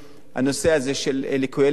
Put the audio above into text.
הנושא הזה של לקויי למידה,